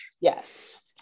yes